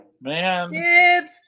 Man